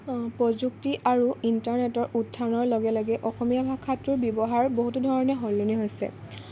প্ৰযুক্তি আৰু ইন্টাৰনেটৰ উত্থানৰ লগে লগে অসমীয়া ভাষাটোৰ ব্য়ৱহাৰ বহুতো ধৰণে সলনি হৈছে